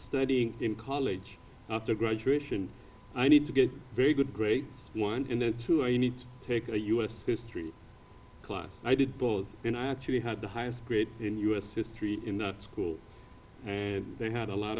studying in college after graduation i need to get very good grades one in the two i need to take a u s history class i did both and i actually had the highest grade in u s history in school they had a lot